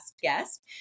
guest